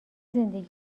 زندگی